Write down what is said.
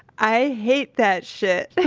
i hate that shit.